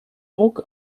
druck